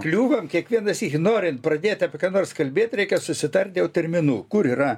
kliūvam kiekvieną sykį norint pradėt apie ką nors kalbėt reikia susitart dėl terminų kur yra